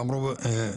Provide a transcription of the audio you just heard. נראה לי שכן.